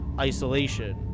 isolation